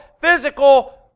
physical